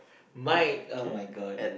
Mike oh-my-god